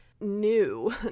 new